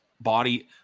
body